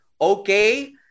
Okay